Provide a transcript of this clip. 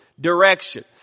direction